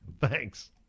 Thanks